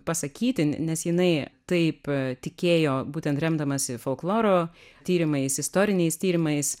pasakyti ne nes jinai taip tikėjo būtent remdamasi folkloro tyrimais istoriniais tyrimais